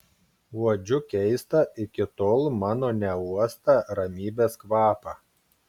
uodžiu keistą iki tol mano neuostą ramybės kvapą